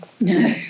No